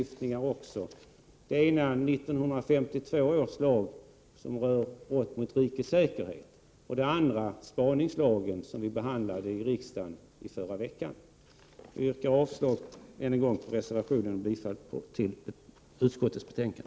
Den ena är 1952 års lag som rör brott mot rikets säkerhet. Den andra är spaningslagen som vi behandlade i riksdagen förra veckan. Jag yrkar än en gång avslag på reservationen och bifall till utskottets hemställan.